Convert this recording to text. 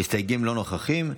המסתייגים לא נוכחים,